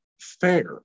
fair